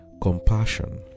compassion